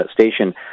station